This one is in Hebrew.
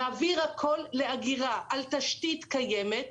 נעביר הכל לאגירה על תשתית קיימת,